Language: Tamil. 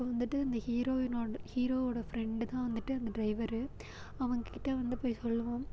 அப்போது வந்துட்டு இந்த ஹீரோயினோட ஹீரோவோட ஃப்ரெண்டு தான் வந்துட்டு அந்த ட்ரைவரு அவன்கிட்ட வந்து போய் சொல்லவும்